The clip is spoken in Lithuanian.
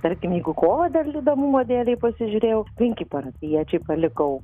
tarkim jeigu kovą dar įdomumo dėlei pasižiūrėjau penki parapijiečiai palikau